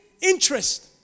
interest